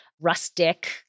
rustic